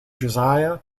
josiah